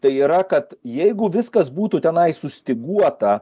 tai yra kad jeigu viskas būtų tenai sustyguota